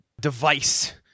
device